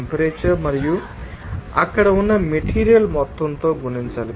temperature మరియు అక్కడ ఉన్న మెటీరియల్ మొత్తంతో గుణించాలి